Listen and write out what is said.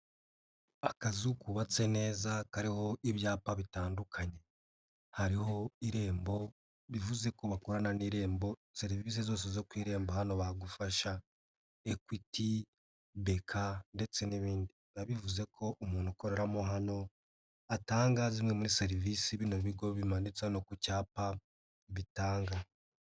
Akazu kubatse neza, kariho ibyapa bitandukanye. Hariho irembo, bivuze ko bakorana n'irembo, serivisi zose zo ku irembo hano bagufasha, Equity, BK ndetse n'ibindi. Biba bivuze ko umuntu ukoreramo hano, atanga zimwe muri serivisi bino bigo bimanitse no ku cyapa bitanga.